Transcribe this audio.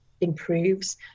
improves